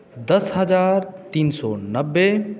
दस हजार तीन सए नब्बे